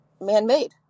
man-made